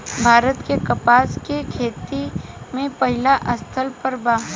भारत के कपास के खेती में पहिला स्थान पर बा